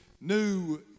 new